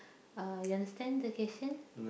uh you understand the question